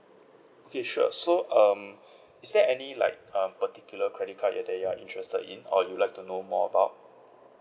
okay sure so um is there any like uh particular credit card that you are interested in or you'd like to know more about